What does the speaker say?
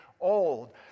old